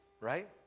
right